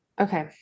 Okay